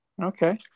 okay